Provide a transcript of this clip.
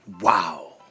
wow